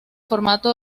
formato